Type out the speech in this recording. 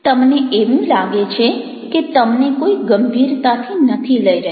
તમને એવું લાગે છે કે તમને કોઈ ગંભીરતાથી નથી લઈ રહ્યું